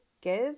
give